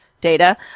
data